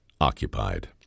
occupied